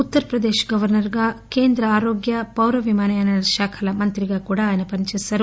Uttar Pradesh governor గా కేంద్ర ఆరోగ్య పౌర విమానయాన శాఖల మంత్రిగా కూడా ఆయన పనిచేశారు